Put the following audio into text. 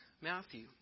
Matthew